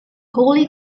holy